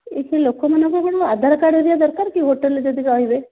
ଏଇଠି ଲୋକମାନଙ୍କର କ'ଣ ଆଧାର କାର୍ଡ୍ ହେରିକା ଦରକାର କି ହୋଟେଲ୍ରେ ଯଦି ରହିବେ